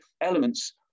elements